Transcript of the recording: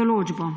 določbo.